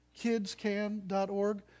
kidscan.org